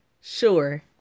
sure